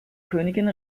königin